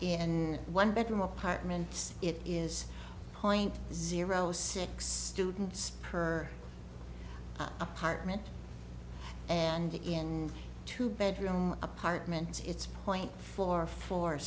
in one bedroom apartments it is point zero six students her apartment and begin two bedroom apartments it's point for fo